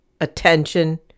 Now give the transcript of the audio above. attention